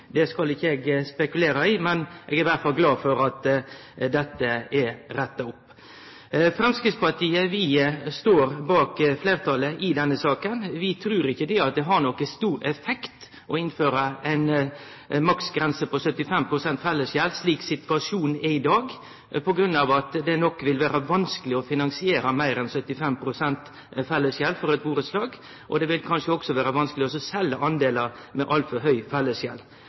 debatten, skal ikkje eg spekulere i, men eg er i alle fall glad for at dette er retta opp. Framstegspartiet står bak fleirtalet i denne saka. Vi trur ikkje det har nokon stor effekt å innføre ei maksgrense på 75 pst. fellesgjeld slik situasjonen er i dag, på grunn av at det nok vil vere vanskeleg å finansiere meir enn 75 pst. fellesgjeld for eit burettslag. Det vil kanskje òg vere vanskeleg å selje andelar med altfor høg